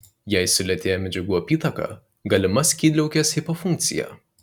jei sulėtėja medžiagų apytaka galima skydliaukės hipofunkcija